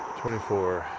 twenty four,